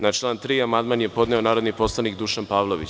Na član 3. amandman je podneo narodni poslanik Dušan Pavlović.